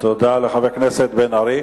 תודה לחבר הכנסת בן-ארי.